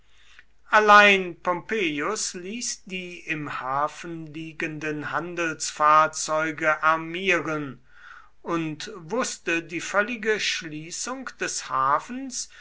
allein pompeius ließ die im hafen liegenden handelsfahrzeuge armieren und wußte die völlige schließung des hafens